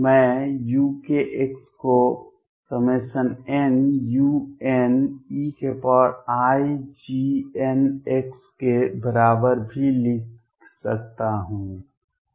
मैं uk को nuneiGnx के बराबर भी लिख सकता हूं